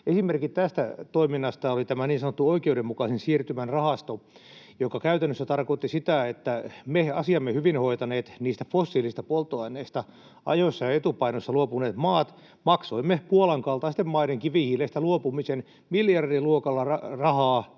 Esimerkki tästä toiminnasta oli tämä niin sanottu oikeudenmukaisen siirtymän rahasto, joka käytännössä tarkoitti sitä, että me asiamme hyvin hoitaneet, niistä fossiilisista polttoaineista ajoissa etupainossa luopuneet maat, maksoimme Puolan kaltaisten maiden kivihiilestä luopumisen, miljardiluokalla rahaa